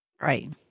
Right